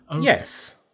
yes